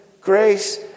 grace